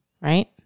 right